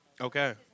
Okay